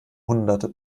hunderte